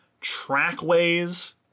trackways